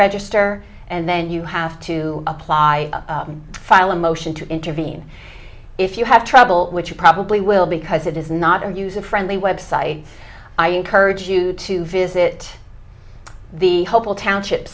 register and then you have to apply to file a motion to intervene if you have trouble which you probably will because it is not a user friendly website i encourage you to visit the